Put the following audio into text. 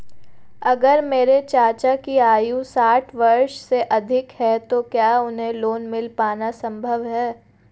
अगर मेरे चाचा की आयु साठ वर्ष से अधिक है तो क्या उन्हें लोन मिल पाना संभव है?